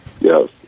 Yes